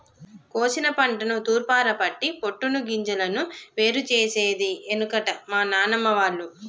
కోశిన పంటను తూర్పారపట్టి పొట్టును గింజలను వేరు చేసేది ఎనుకట మా నానమ్మ వాళ్లు